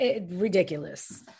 ridiculous